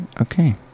Okay